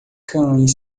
cães